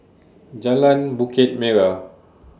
Jalan Bukit Merah